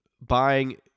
buying